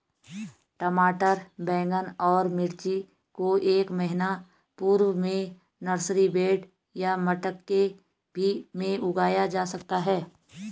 टमाटर बैगन और मिर्ची को एक महीना पूर्व में नर्सरी बेड या मटके भी में उगाया जा सकता है